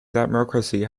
democracy